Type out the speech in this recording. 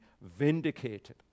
vindicated